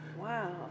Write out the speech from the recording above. Wow